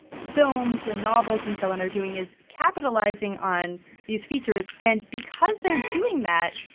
films and novels and so on are doing is capitalizing on these features. and because they're doing that,